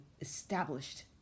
established